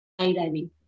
skydiving